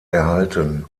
erhalten